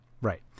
right